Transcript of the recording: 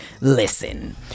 Listen